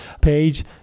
page